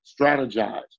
strategize